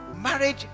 Marriage